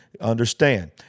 understand